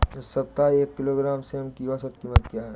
इस सप्ताह एक किलोग्राम सेम की औसत कीमत क्या है?